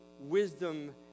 wisdom